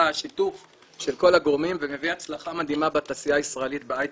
שיתוף של כל הגורמים ומביא הצלחה מדהימה בתעשייה הישראלית בהייטק.